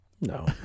no